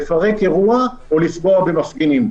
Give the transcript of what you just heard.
לפרק אירוע או לפגוע במפגינים.